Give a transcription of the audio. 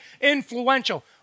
influential